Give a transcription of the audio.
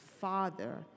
father